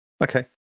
Okay